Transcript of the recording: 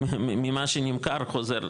ממה שנמכר, חוזר.